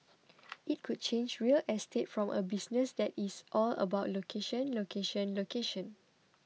it could change real estate from a business that is all about location location location